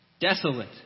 Desolate